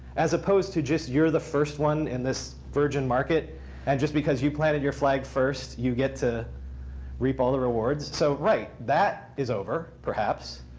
as opposed to just you're the first one in this virgin market and just because you planted your flag first, you get to reap all the rewards. so right, that is over, perhaps.